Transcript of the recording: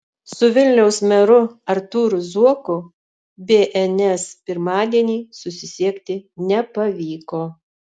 su vilniaus meru artūru zuoku bns pirmadienį susisiekti nepavyko